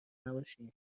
نباشین